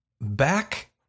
Back